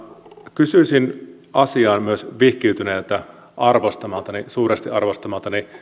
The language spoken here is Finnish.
kysyisin asiaan myös vihkiytyneeltä suuresti arvostamaltani